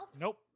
Nope